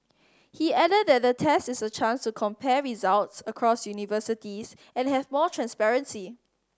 he added that the test is a chance to compare results across universities and have more transparency